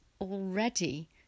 already